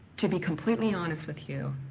to be completely honest with you,